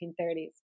1930s